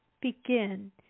begin